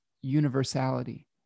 universality